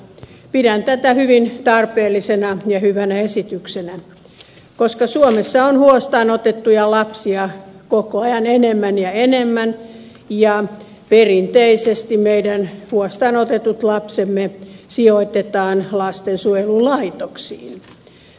pidän tätä hyvin tarpeellisena ja hyvänä esityksenä koska suomessa on huostaan otettuja lapsia koko ajan enemmän ja enemmän ja perinteisesti meidän huostaan otetut lapsemme sijoitetaan lastensuojelulaitoksiin